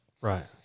Right